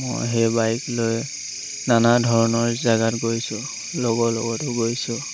মই সেই বাইক লৈ নানা ধৰণৰ জেগাত গৈছোঁ লগৰ লগতো গৈছোঁ